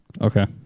Okay